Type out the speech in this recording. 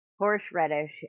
Horseradish